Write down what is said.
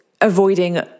avoiding